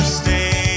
stay